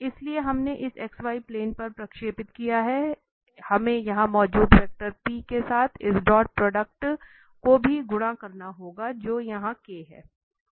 इसलिए हमने इस xy प्लेन पर प्रक्षेपित किया है इसलिए हमें यहां मौजूद वेक्टर के साथ इस डॉट प्रोडक्ट को भी गुणा करना होगा जो यहाँ हैं